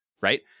Right